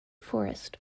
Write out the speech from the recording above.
forest